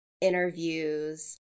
interviews